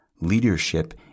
Leadership